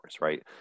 right